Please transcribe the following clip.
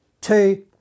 Two